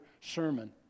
sermon